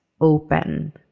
open